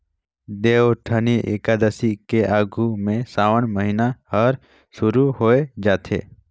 देवउठनी अकादसी के आघू में सावन महिना हर सुरु होवे जाथे